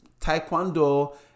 taekwondo